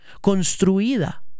construida